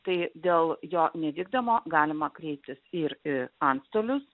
tai dėl jo nevykdymo galima kreiptis ir į antstolius